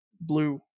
blue